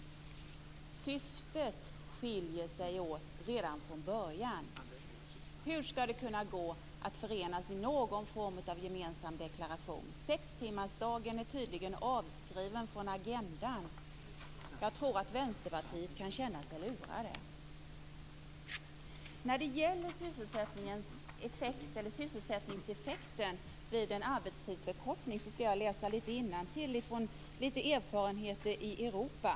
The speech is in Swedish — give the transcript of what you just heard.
Syftet skiljer sig åt redan från början. Hur skall det kunna gå att förenas i någon form av gemensam deklaration? Sextimmarsdagen är tydligen avskriven från agendan. Jag tror att Vänsterpartiet kan känna sig lurat. När det gäller sysselsättningseffekten vid en arbetstidsförkortning skall jag läsa innantill om erfarenheter i Europa.